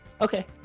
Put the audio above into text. Okay